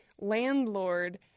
landlord